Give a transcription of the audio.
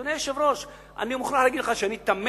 אדוני היושב-ראש, אני מוכרח לומר לך שאני תמה